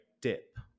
dip